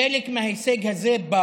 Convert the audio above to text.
חלק מההישג הזה בא